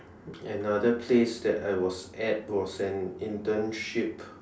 another place that I was at was an internship